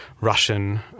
Russian